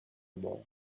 ball